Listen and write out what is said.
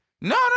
No